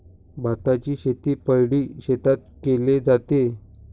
भाताची शेती पैडी शेतात केले जाते